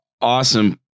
Awesome